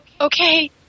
okay